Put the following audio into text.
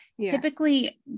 typically